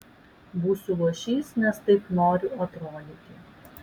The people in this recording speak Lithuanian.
būsiu luošys nes taip noriu atrodyti